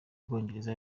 bwongereza